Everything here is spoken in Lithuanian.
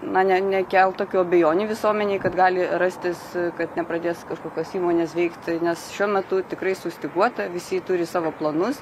na ne nekelt tokių abejonių visuomenėj kad gali rastis kad nepradės kažkokios įmonės veikti nes šiuo metu tikrai sustyguota visi turi savo planus